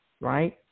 right